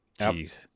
Jeez